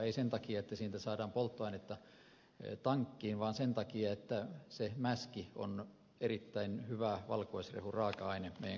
ei sen takia että siitä saadaan polttoainetta tankkiin vaan sen takia että se mäski on erittäin hyvä valkuaisrehun raaka aine meidän kotieläimillemme